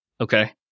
Okay